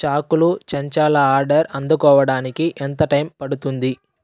చాకులు చెంచాల ఆర్డర్ అందుకోవడానికి ఎంత టైం పడుతుంది